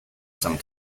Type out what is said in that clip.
some